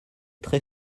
très